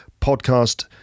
podcast